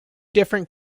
different